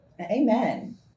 Amen